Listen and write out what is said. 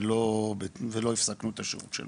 ולא הפסקנו את השירות שלהם,